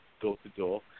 door-to-door